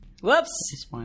Whoops